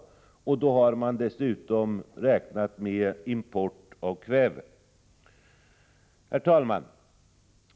Då har man dessutom räknat med import av kväve. Herr talman!